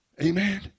Amen